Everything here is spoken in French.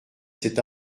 cet